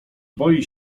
boi